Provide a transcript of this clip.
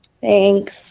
Thanks